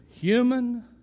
human